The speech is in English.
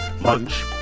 lunch